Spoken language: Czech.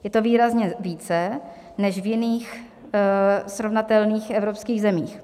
Je to výrazně více než v jiných srovnatelných evropských zemích.